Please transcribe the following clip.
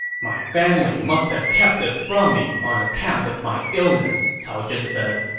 my family must have kept this from me on account of my illness, cao zhen said.